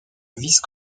vice